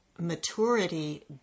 maturity